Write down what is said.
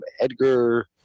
Edgar –